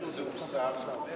אדוני השר,